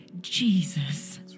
Jesus